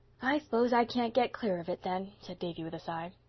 i s'pose i can't get clear of it then, said davy with a sigh.